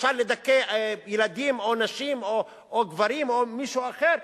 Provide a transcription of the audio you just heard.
שאפשר לדכא ילדים או נשים או גברים או מישהו אחר,